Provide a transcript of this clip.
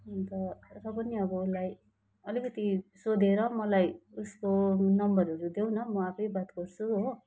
अन्त र पनि अब उसलाई अलिकति सोधेर मलाई उसको नम्बरहरू देऊ न म आफै बात गर्छु हो